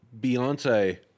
Beyonce